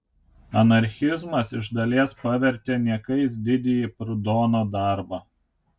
anarchizmas iš dalies pavertė niekais didįjį prudono darbą